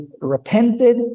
repented